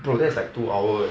bro that's like two hour leh